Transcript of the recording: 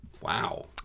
Wow